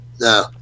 No